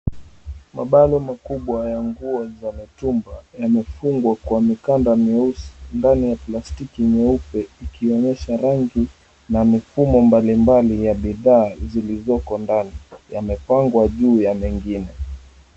Mabano makubwa ya nguo za mitumba yamefungwa kwa mikanda myeusi ndani ya plastiki nyeupe ikionyesha rangi na mifumo mbalimbali ya bidhaa zilizoko ndani. Yamepangwa ju ya mengine.